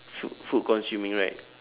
food food consuming right